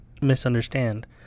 misunderstand